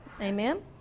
Amen